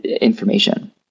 information